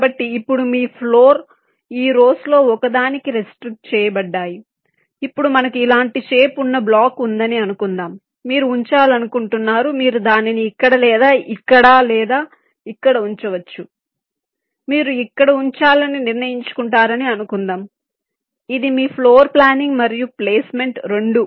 కాబట్టి ఇప్పుడు మీ ఫ్లోర్ ఈ రోస్ లో ఒకదానికి రెస్ట్రిక్ట్ చేయబడ్డాయి ఇప్పుడు మనకు ఇలాంటి షేప్ వున్న బ్లాక్ ఉందని అనుకుందాం మీరు ఉంచాలనుకుంటున్నారు మీరు దానిని ఇక్కడ లేదా ఇక్కడ లేదా ఇక్కడ ఉంచవచ్చు మీరు ఇక్కడ ఉంచాలని నిర్ణయించుకుంటారని అనుకుందాం ఇది మీ ఫ్లోర్ ప్లానింగ్ మరియు ప్లేస్మెంట్ రెండూ